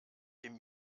dem